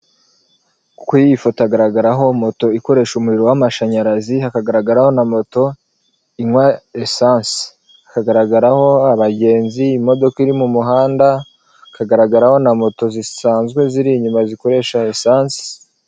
Kuri iyi foto hagaragaraho moto ikoresha umuriro w'amashanyarazi, hakagaragaraho na moto inywa esansi. Hagaragaraho abagenzi, imodoka iri mu muhanda, hakagaragaraho na moto zisanzwe ziri inyuma, zikoresha esansi.